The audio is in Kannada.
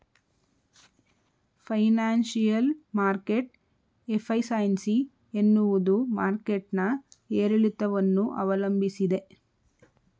ಫೈನಾನ್ಸಿಯಲ್ ಮಾರ್ಕೆಟ್ ಎಫೈಸೈನ್ಸಿ ಎನ್ನುವುದು ಮಾರ್ಕೆಟ್ ನ ಏರಿಳಿತವನ್ನು ಅವಲಂಬಿಸಿದೆ